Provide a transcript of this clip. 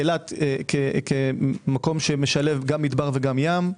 אילת כמקום שמשלב גם מדבר וגם ים.